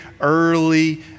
early